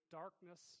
darkness